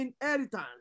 inheritance